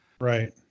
Right